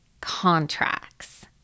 Contracts